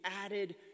added